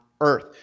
earth